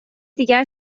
دیگر